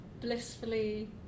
blissfully